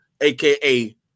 aka